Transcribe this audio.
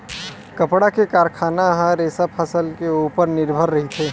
कपड़ा के कारखाना ह रेसा फसल के उपर निरभर रहिथे